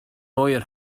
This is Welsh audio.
oer